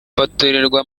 batorerwa